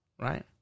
Right